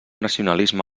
nacionalisme